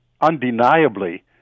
undeniably